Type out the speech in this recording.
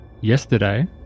yesterday